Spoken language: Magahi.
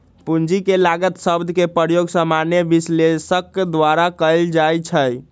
पूंजी के लागत शब्द के प्रयोग सामान्य विश्लेषक द्वारा कएल जाइ छइ